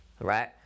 Right